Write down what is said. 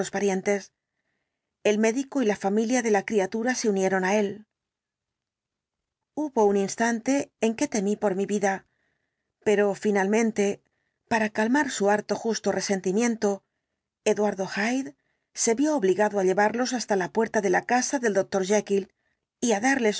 parientes el médico y la familia de la criatura se unieron á él hubo un instante en que temí por mi vida pero finalmente para calmar su harto justo resentimiento eduardo hyde se vio obligado á llevarlos hasta la puerta de la casa del doctor jekyll y á darles